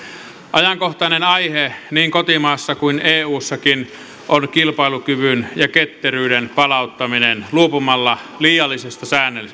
ajankohtainen aihe niin kotimaassa kuin eussakin on kilpailukyvyn ja ketteryyden palauttaminen luopumalla liiallisesta